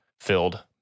filled